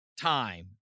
time